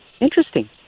interesting